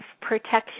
protection